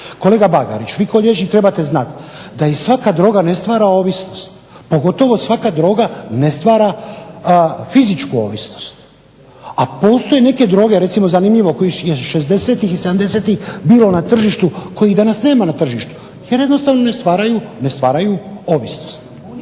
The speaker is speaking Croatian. Kolega Bagarić vi kao liječnik trebate znati da i svaka droga ne stvara ovisnost. Pogotovo svaka droga ne stvara fizičku ovisnost. A postoje neke droge, recimo zanimljivo koji je '60-ih i '70-ih bilo na tržištu kojih danas nema na tržištu jer jednostavno ne stvaraju ovisnost.